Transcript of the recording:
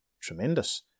Tremendous